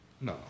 No